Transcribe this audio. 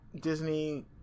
disney